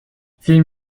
فیلم